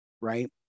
right